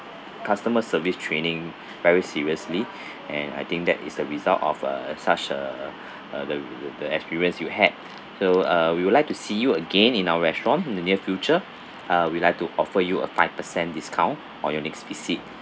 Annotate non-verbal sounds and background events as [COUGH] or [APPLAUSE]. customer service training [BREATH] very seriously [BREATH] and I think that is the result of a such a [BREATH] a the the experience you had so uh we would like to see you again in our restaurant in the near future uh we'd like to offer you a five per cent discount on your next visit